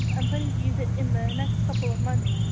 i'm planning to use it in the next couple of months.